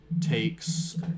takes